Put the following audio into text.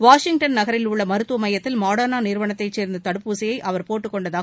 Washington நகரிலுள்ள மருத்துவ மையத்தில் மாடர்னா நிறுவத்தைச் சேர்ந்த தடுப்பூசியை அவர் போட்டுக்கொண்டார்